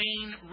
main